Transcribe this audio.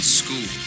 school